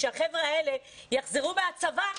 כשהחבר'ה האלה יחזרו מהצבא,